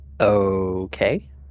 Okay